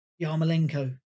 Yarmolenko